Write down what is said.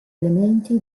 elementi